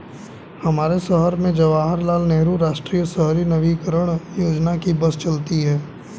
हमारे शहर में जवाहर लाल नेहरू राष्ट्रीय शहरी नवीकरण योजना की बस चलती है